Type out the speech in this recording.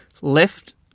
left